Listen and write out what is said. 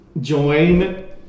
join